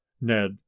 Ned